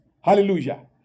Hallelujah